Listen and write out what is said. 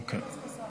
אוקיי.